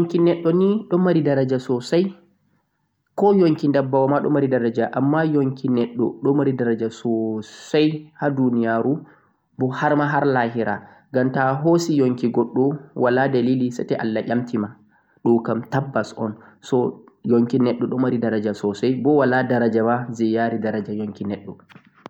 Yonki neɗɗo nii ɗon mari daraja sosai ha duniya be lahira, kai koh yonki ɗabbawa ma ɗon mari daraja. Nde a hosi yunki goɗɗo je wala dalilah toh seto Allah yamtima